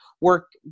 work